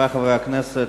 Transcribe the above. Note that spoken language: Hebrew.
חברי חברי הכנסת,